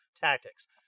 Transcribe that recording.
tactics